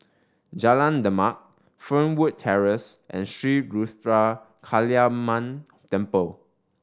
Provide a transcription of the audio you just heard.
Jalan Demak Fernwood Terrace and Sri Ruthra Kaliamman Temple